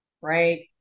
right